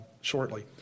shortly